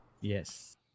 Yes